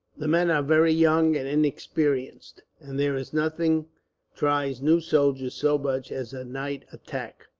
the men are very young and inexperienced, and there is nothing tries new soldiers so much as a night attack.